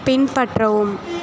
பின்பற்றவும்